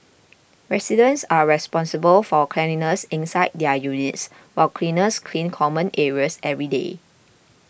residents are responsible for cleanliness inside their units while cleaners clean common areas every day